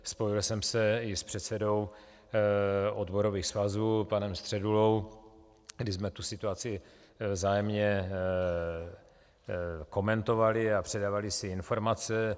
Spojil jsem se i s předsedou odborových svazů panem Středulou, kdy jsme tu situaci vzájemně komentovali a předávali si informace.